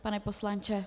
Pane poslanče.